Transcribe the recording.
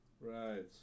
right